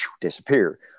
disappear